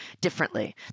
differently